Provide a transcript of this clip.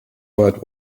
word